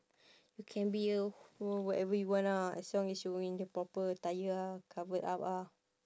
you can be a who whatever you want ah as long as you wearing the proper attire ah covered up ah